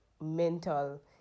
mental